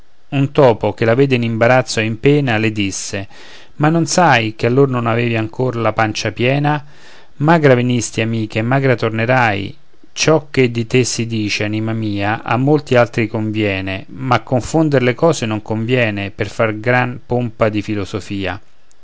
un topo che la vede in imbarazzo e in pena le disse ma non sai che allora non avevi ancor la pancia piena magra venisti amica e magra tornerai ciò che di te si dice anima mia a molti altri conviene ma confonder le cose non conviene per far gran pompa di filosofia